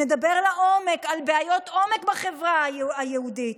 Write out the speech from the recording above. נדבר לעומק על בעיות עומק בחברה היהודית,